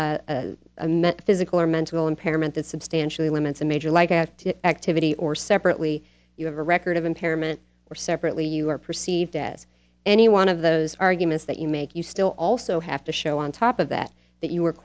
met physical or mental impairment that substantially limits a major like add to activity or separately you have a record of impairment or separately you are perceived as any one of those arguments that you make you still also have to show on top of that that you